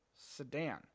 sedan